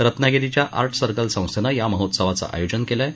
रत्नागिरीच्या art circle संस्थेनं या महोत्सवाचं आयोजन केलं आहे